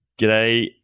G'day